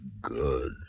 good